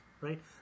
right